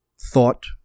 thought